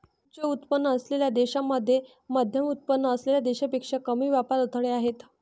उच्च उत्पन्न असलेल्या देशांमध्ये मध्यमउत्पन्न असलेल्या देशांपेक्षा कमी व्यापार अडथळे आहेत